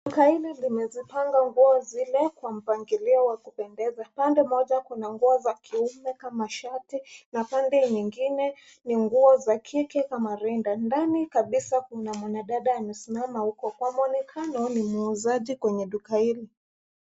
Duka hili limezipanga nguo zile kwa mpangilio wa kupendeza. Upande mmoja kuna nguo za kiume kama shati na pande nyingine ni nguo za kike kama marinda. Ndani kabisa kuna mwanadada anasimama huko. Kwa mwonekano ni muuzaji kwenye duka hili.